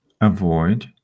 avoid